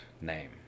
name